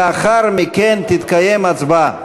לאחר מכן תתקיים הצבעה.